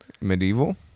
Medieval